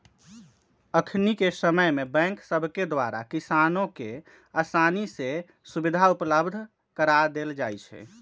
अखनिके समय में बैंक सभके द्वारा किसानों के असानी से सुभीधा उपलब्ध करा देल जाइ छइ